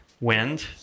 wind